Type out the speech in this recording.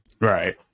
Right